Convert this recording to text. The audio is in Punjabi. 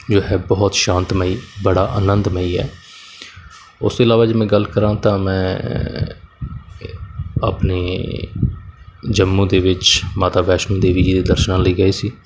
ਜੋ ਹੈ ਬਹੁਤ ਸ਼ਾਂਤਮਈ ਬੜਾ ਅਨੰਦਮਈ ਹੈ ਉਸ ਤੋਂ ਇਲਾਵਾ ਜੇ ਮੈਂ ਗੱਲ ਕਰਾਂ ਤਾਂ ਮੈਂ ਆਪਣੇ ਜੰਮੂ ਦੇ ਵਿੱਚ ਮਾਤਾ ਵੈਸ਼ਨੋ ਦੇਵੀ ਜੀ ਦੇ ਦਰਸ਼ਨਾਂ ਲਈ ਗਏ ਸੀ